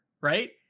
right